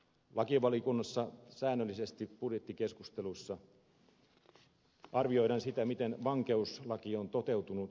lakivaliokunnassa säännöllisesti budjettikeskusteluissa arvioidaan sitä miten vankeuslaki on toteutunut